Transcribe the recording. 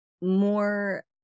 more